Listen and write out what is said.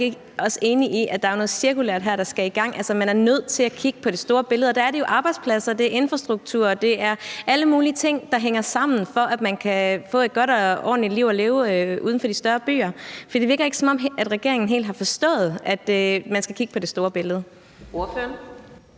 ikke også enig i, at der er noget cirkulært her, der skal i gang? Man er nødt til at kigge på det store billede, og der er det jo arbejdspladser, infrastruktur og alle mulige ting, der skal hænge sammen, for at man kan få et godt og ordentligt liv at leve uden for de større byer. Det virker ikke, som om regeringen helt har forstået, at man skal kigge på det store billede. Kl.